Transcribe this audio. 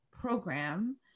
program